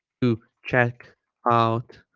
to check out